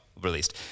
released